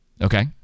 Okay